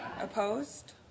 Opposed